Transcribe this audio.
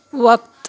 وقت